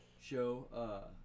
show